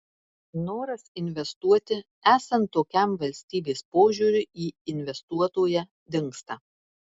noras investuoti esant tokiam valstybės požiūriui į investuotoją dingsta